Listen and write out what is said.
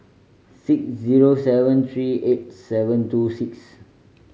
six zero seven three eight seven two six